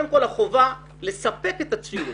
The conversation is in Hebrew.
קודם כל החובה של לספק את הציוד